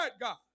God